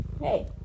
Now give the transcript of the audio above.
hey